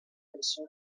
cançó